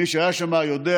מי שהיה שם יודע,